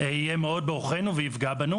יהיה בעוכרנו ויפגע בנו.